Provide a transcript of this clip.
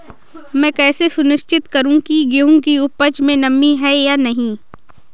मैं कैसे सुनिश्चित करूँ की गेहूँ की उपज में नमी है या नहीं?